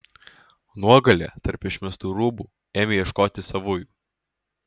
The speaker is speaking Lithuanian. nuogalė tarp išmestų rūbų ėmė ieškoti savųjų